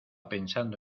pensando